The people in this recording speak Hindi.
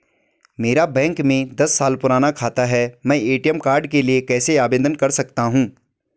मेरा बैंक में दस साल पुराना खाता है मैं ए.टी.एम कार्ड के लिए कैसे आवेदन कर सकता हूँ?